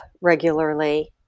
regularly